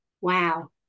wow